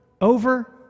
over